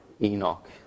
Enoch